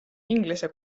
inglise